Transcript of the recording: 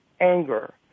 anger